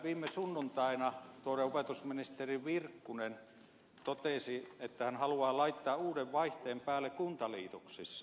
viime sunnuntaina tuore opetusministeri virkkunen totesi että hän haluaa laittaa uuden vaihteen päälle kuntaliitoksissa